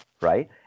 right